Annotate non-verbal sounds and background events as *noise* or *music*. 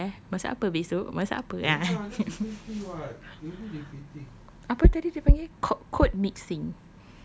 masak apa eh masak apa besok masak apa *laughs* apa tadi dia panggil cod~ code mixing